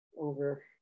over